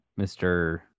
Mr